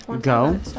Go